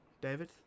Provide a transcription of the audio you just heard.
David